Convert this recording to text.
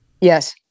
Yes